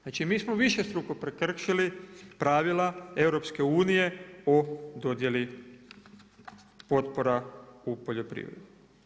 Znači mi smo višestruko prekršili pravila EU o dodjeli potpora u poljoprivredi.